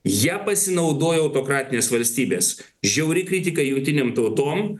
ją pasinaudojo autokratinės valstybės žiauri kritika jungtinėm tautom